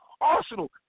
Arsenal